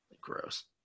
Gross